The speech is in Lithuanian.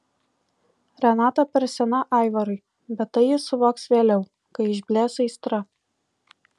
renata per sena aivarui bet tai jis suvoks vėliau kai išblės aistra